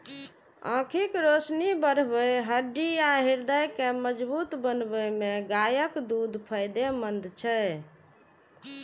आंखिक रोशनी बढ़बै, हड्डी आ हृदय के मजगूत बनबै मे गायक दूध फायदेमंद छै